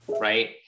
right